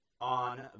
on